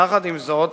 יחד עם זאת,